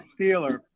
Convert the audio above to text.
Steeler